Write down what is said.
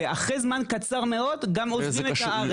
ואחרי זמן קצר מאוד גם עוזבים את הארץ.